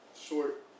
Short